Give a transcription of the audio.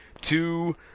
two